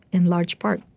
in large part,